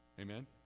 Amen